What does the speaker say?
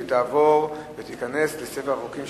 אין מתנגדים ואין נמנעים.